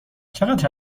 چقدر